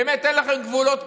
באמת, כבר אין לכם גבולות?